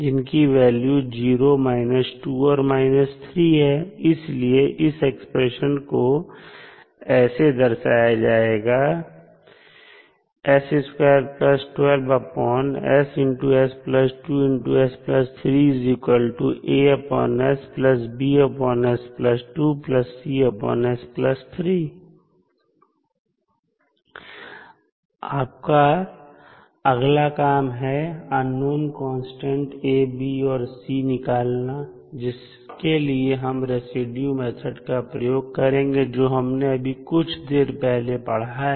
जिनकी वैल्यू 0 2 और 3 है इसलिए इस एक्सप्रेशन को ऐसे दर्शाया जाएगा आपका अगला काम है अननोन कांस्टेंट A B और C निकालना जिसके लिए हम रेसिड्यू मेथड का प्रयोग करेंगे जो हमने कुछ देर पहले पड़ा है